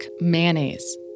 mayonnaise